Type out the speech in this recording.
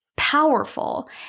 Powerful